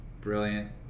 brilliant